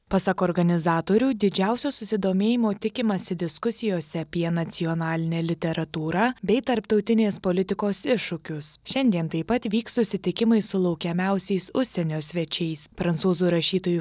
pasak organizatorių didžiausio susidomėjimo tikimasi diskusijose apie nacionalinę literatūrą bei tarptautinės politikos iššūkius šiandien taip pat vyks susitikimai su laukiamiausiais užsienio svečiais prancūzų rašytoju